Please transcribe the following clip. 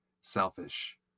Selfish